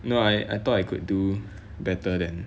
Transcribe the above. no I I thought I could do better than